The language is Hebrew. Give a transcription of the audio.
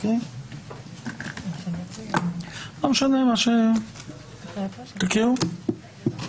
חודשיים מאז שהעבירו אותו.